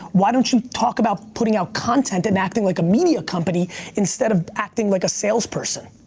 why don't you talk about putting out content and acting like a media company instead of acting like a salesperson?